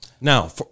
Now